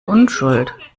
unschuld